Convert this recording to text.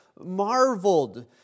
marveled